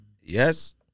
Yes